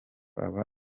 aba